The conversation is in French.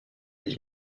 est